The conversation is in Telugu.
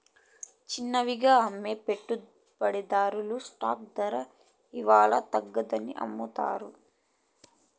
చిన్నవిగా అమ్మే పెట్టుబడిదార్లు స్టాక్ దర ఇలవల్ల తగ్గతాదని నమ్మతారు